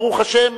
ברוך השם,